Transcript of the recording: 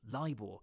LIBOR